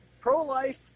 pro-life